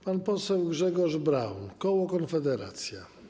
Pan poseł Grzegorz Braun, koło Konfederacja.